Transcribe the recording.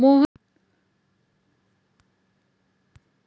मोहनने व्यवस्थापकाला नेट बँकिंगसाठी नोंदणी कशी करायची ते विचारले